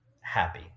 happy